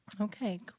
Okay